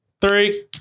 three